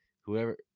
whoever –